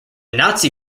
nazi